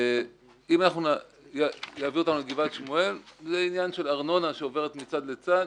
אם יעבירו אותנו לגבעת שמואל זה עניין של ארנונה שעוברת מצד לצד